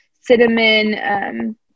cinnamon